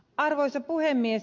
arvoisa puhemies